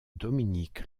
dominique